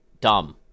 dumb